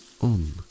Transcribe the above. On